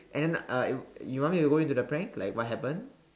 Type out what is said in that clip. and then uh it you want me to go into the prank like what happened